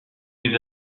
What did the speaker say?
ses